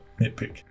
nitpick